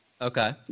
Okay